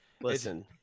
Listen